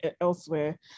elsewhere